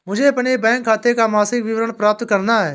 मुझे अपने बैंक खाते का मासिक विवरण प्राप्त करना है?